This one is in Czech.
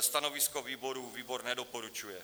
Stanovisko výboru: výbor nedoporučuje.